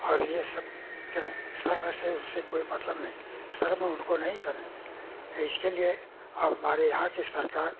और यह सब करें श्रम से उसे कोई मतलब नहीं श्रम उनको नहीं करने दें यह इसके लिए अब हमारे यहाँ की सरकार